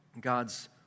God's